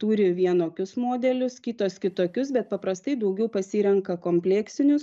turi vienokius modelius kitos kitokius bet paprastai daugiau pasirenka kompleksinius